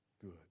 good